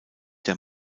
der